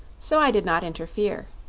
so i did not interfere.